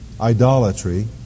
idolatry